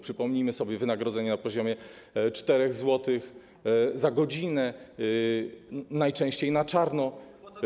Przypomnijmy sobie wynagrodzenia na poziomie 4 zł za godzinę, najczęściej na czarno.